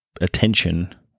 attention